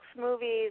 movies